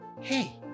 Hey